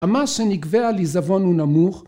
‫המס שנגבה על עיזבון הוא נמוך